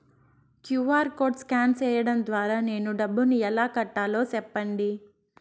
QR code scan సేయడం ద్వారా నేను డబ్బును ఎలా కట్టాలో సెప్పండి?